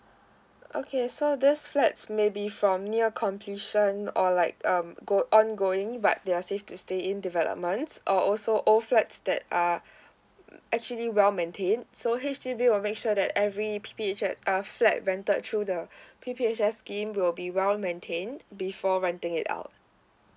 okay so this flats maybe from near completion or like um go on going but they are safe to say in developments or also old flats that are actually well maintained so H_D_B will make sure that every P_P_H_S uh flat rented through the P_P_H_S scheme will be well maintained before renting it out